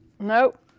Nope